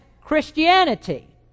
Christianity